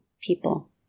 people